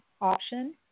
option